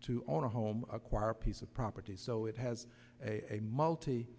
to own a home acquire a piece of property so it has a